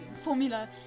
formula